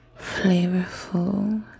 Flavorful